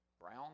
brown